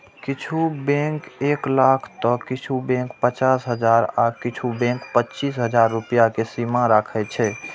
किछु बैंक एक लाख तं किछु बैंक पचास हजार आ किछु बैंक पच्चीस हजार रुपैया के सीमा राखै छै